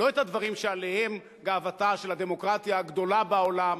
לא את הדברים שעליהם גאוותה של הדמוקרטיה הגדולה בעולם,